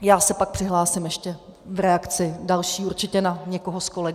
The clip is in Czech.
Já se pak přihlásím ještě v reakci další určitě na někoho z kolegů.